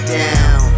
down